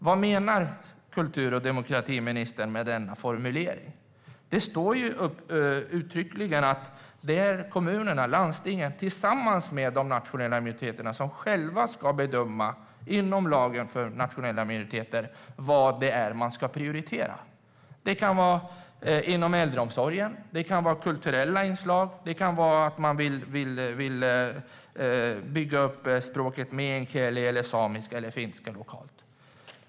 Vad menar kultur och demokratiministern med den formuleringen? Det står uttryckligen att det är kommunerna och landstingen som tillsammans med de nationella minoriteterna och inom lagen för nationella minoriteter ska bestämma vad som ska prioriteras. Det kan vara inom äldreomsorgen, kulturella inslag eller att man vill bygga upp språken meänkieli, samiska eller finska lokalt.